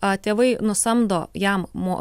a tėvai nusamdo jam mo